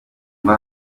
mba